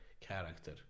character